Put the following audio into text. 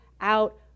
out